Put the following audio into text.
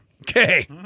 Okay